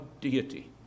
deity